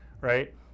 right